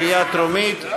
קריאה טרומית.